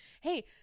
Hey